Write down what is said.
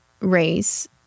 race